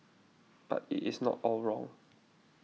but it is not all wrong